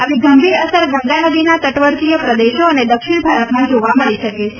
આવી ગંભીર અસર ગંગા નદીના તટવર્તીય પ્રદેશો અને દક્ષિણ ભારતમાં જાવા મળી શકે છે